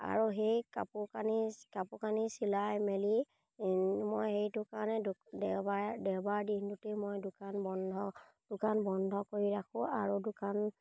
আৰু সেই কাপোৰ কানি কাপোৰ কানি চিলাই মেলি মই সেইটো কাৰণে দেওবাৰে দেওবাৰ দিনটোতেই মই দোকান বন্ধ দোকান বন্ধ কৰি ৰাখোঁ আৰু দোকান